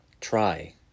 Try